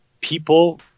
People